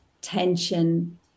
tension